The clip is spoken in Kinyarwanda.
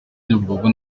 nyabugogo